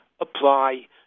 apply